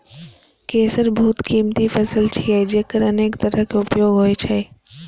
केसर बहुत कीमती फसल छियै, जेकर अनेक तरहक उपयोग होइ छै